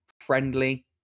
friendly